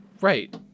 Right